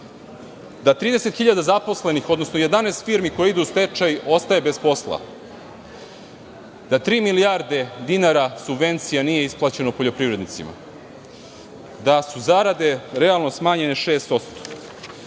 da 30.000 zaposlenih, odnosno 11 firmi koje idu u stečaj, ostaje bez posla, da tri milijarde dinara subvencija nije isplaćeno poljoprivrednicima, da su zarade realno smanjene 6%.Ono